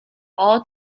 all